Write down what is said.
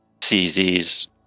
cz's